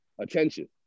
attention